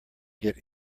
get